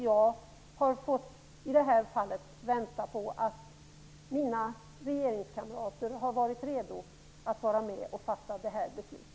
Jag har i det här fallet fått vänta på att mina regeringskamrater har blivit redo att vara med och fatta detta beslut.